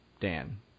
Dan